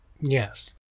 Yes